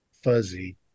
fuzzy